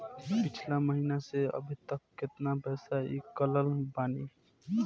पिछला महीना से अभीतक केतना पैसा ईकलले बानी?